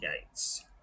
gates